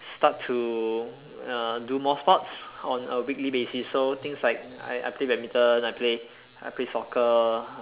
start to uh do more sports on a weekly basis so things like I I play badminton I play I play soccer